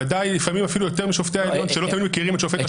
בוודאי לפעמים אפילו יותר משופטי העליון שלא תמיד מכירים את שופט השלום.